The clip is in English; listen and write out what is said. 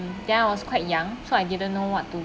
then I was quite young so I didn't know what to